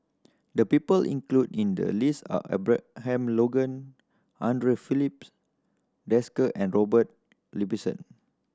the people included in the list are Abraham Logan Andre Philips Desker and Robert Ibbetson